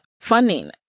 funding